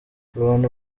abantu